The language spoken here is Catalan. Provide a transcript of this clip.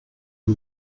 amb